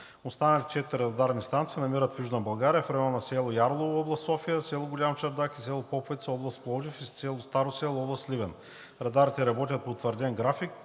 Останалите четири радарни станции се намират в Южна България – района на село Ярлово, област София, село Голям чардак и село Поповица, област Пловдив, и село Старо село, област Сливен. Радарите работят по утвърден график